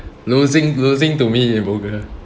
losing losing to me in poker